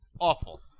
Awful